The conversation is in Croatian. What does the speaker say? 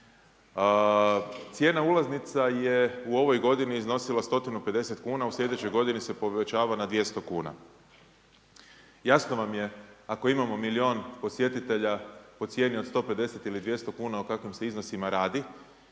Cijena ulaznice je u ovoj godini iznosila 150 kn, u sljedećoj g. se povećava na 200 kn. Jasno vam je ako imamo milijun posjetitelja po cijeni od 150 ili 200 kn o kakvim se iznosima radi.